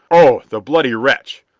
oh, the bloody wretch!